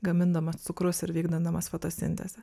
gamindamas cukrus ir vykdindamas fotosintezę